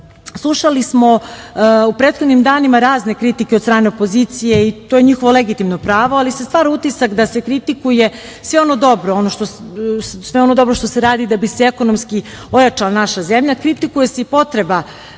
smo u prethodnim danima razne kritike od strane opozicije. To je njihovo legitimno pravo. Stvara se utisak da se kritikuje sve ono dobro što se radi da bi se ekonomski ojačala naša zemlja. Kritikuje se i potreba